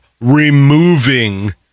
removing